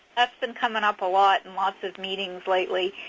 that's been coming up a lot in lots of meetings lately.